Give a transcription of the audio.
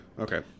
Okay